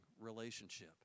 relationship